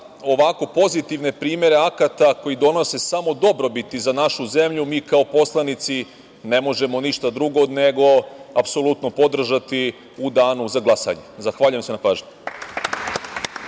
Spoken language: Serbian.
ovako pozitivne primere akta koji donose samo dobrobiti za našu zemlju, mi kao poslanici ne možemo ništa drugo nego apsolutno podržati u Danu za glasanje. Zahvaljujem se na pažnji.